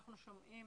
אנחנו שומעים